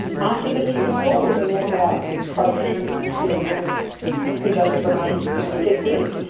after the funeral we were never approached as to who those remains were going to sit with.